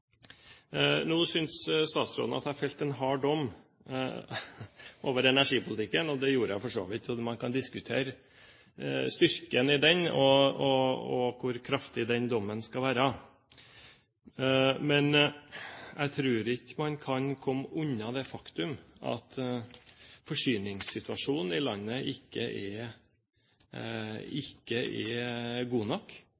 Nå syntes statsråden at jeg felte en hard dom over energipolitikken, og det gjorde jeg for så vidt. Man kan diskutere styrken i den og hvor kraftig den dommen skal være, men jeg tror ikke man kan komme unna det faktum at forsyningssituasjonen i landet ikke er